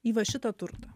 į va šitą turtą